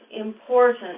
important